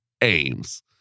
aims